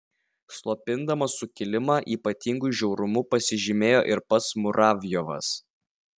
slopindamas sukilimą ypatingu žiaurumu pasižymėjo ir pats muravjovas